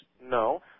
No